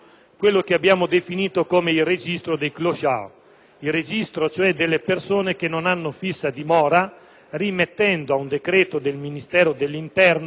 il registro cioè delle persone che non hanno fissa dimora, rimettendo a un decreto del Ministero dell'interno la disciplina di funzionamento del registro.